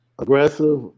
Aggressive